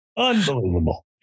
Unbelievable